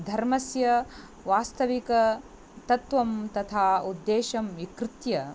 धर्मस्य वास्तविकतत्वं तथा उद्देशं विकृत्य